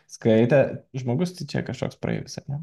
skaitė žmogus tyčia kažkoks praeivis ar ne